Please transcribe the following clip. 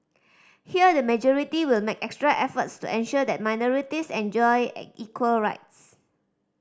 here the majority will make extra efforts to ensure that minorities enjoy equal rights